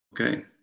Okay